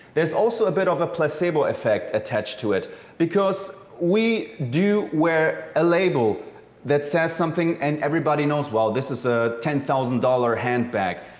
there's also a bit of a placebo effect attached to it because we do wear a label that says something and everybody knows well this is a ten thousand dollar handbag.